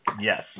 Yes